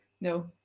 No